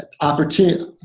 opportunity